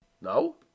No